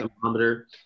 thermometer